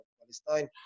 Palestine